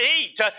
eat